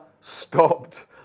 stopped